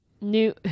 new